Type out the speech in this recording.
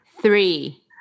Three